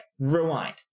rewind